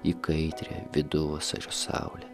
į kaitrią viduvasario saulę